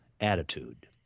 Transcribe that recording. attitude